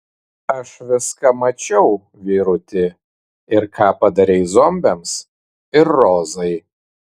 aš viską mačiau vyruti ir ką padarei zombiams ir rozai